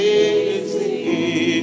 easy